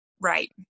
right